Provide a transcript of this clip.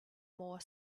more